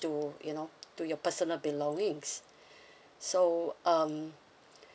to you know to your personal belongings so um